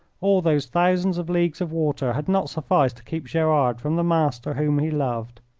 all those thousands of leagues of water had not sufficed to keep gerard from the master whom he loved.